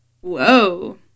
Whoa